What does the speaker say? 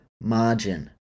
margin